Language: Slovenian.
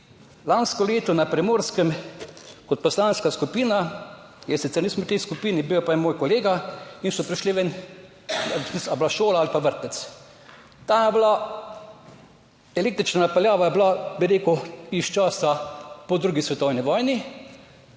lansko leto na Primorskem kot poslanska skupina, jaz sicer nisem v tej skupini, bil je pa en moj kolega. In so prišli ven, je bila šola ali pa vrtec. Tam je bila električna napeljava, je bila, bi rekel, iz časa po drugi svetovni vojni,